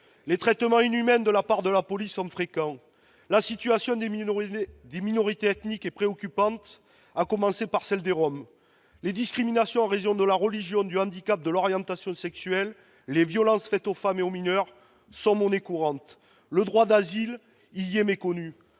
Les traitements inhumains de la part de la police sont fréquents. La situation des minorités ethniques, notamment des Roms, est préoccupante. Les discriminations en raison de la religion, du handicap ou de l'orientation sexuelle, ainsi que les violences faites aux femmes et aux mineurs, sont monnaie courante. Le droit d'asile y est méconnu.